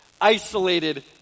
isolated